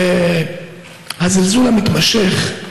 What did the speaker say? הזלזול המתמשך,